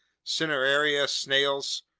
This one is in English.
cineraira snails,